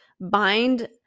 bind